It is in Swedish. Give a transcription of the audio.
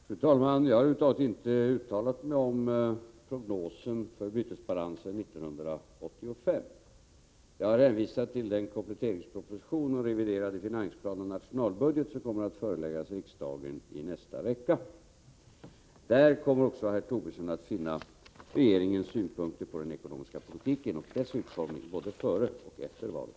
Fru talman! Jag har över huvud taget inte uttalat mig om prognosen för bytesbalansen 1985. Jag har hänvisat till den kompletteringsproposition med reviderad finansplan och nationalbudget som kommer att föreläggas riksdagen i nästa vecka. Där kommer också herr Tobisson att finna regeringens synpunkter på den ekonomiska politiken och dess utformning både före och efter valet.